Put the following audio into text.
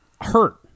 hurt